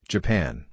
Japan